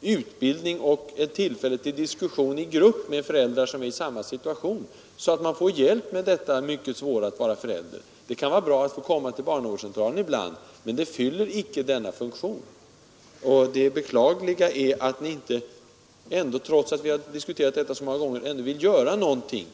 utbildning och ges tillfälle till diskussion i grupp med föräldrar som är i samma situation, så att man får hjälp med den mycket svåra uppgiften att vara förälder. Det kan vara bra att få komma till barnavårdscentralen ibland, men det fyller icke denna funktion. Det beklagliga är att Ni, trots att vi har diskuterat detta så många gånger, ändå inte vill göra någonting.